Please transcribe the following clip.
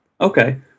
Okay